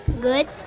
Good